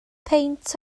peint